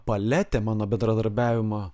paletė mano bendradarbiavimo